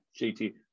JT